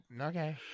Okay